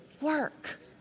work